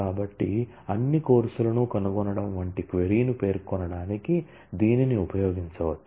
కాబట్టి అన్ని కోర్సులను కనుగొనడం వంటి క్వరీ ను పేర్కొనడానికి దీనిని ఉపయోగించవచ్చు